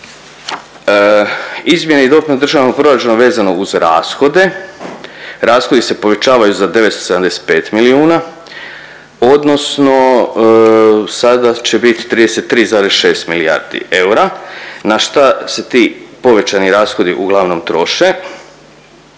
Izmjene i dopune državnog proračuna vezano uz rashode, rashodi se povećavaju za 975 milijuna odnosno sada će bit 33,6 milijardi eura, na šta se ti povećani rashodi uglavnom troše.